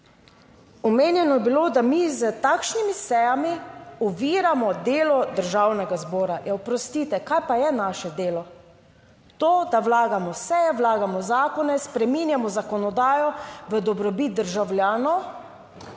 Omenjeno je bilo, da mi s takšnimi sejami oviramo delo Državnega zbora. Oprostite, kaj pa je naše delo? To, da vlagamo, se vlagamo zakone, spreminjamo zakonodajo v dobrobit državljanov,